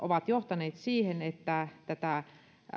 ovat johtaneet siihen että tätä